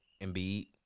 Embiid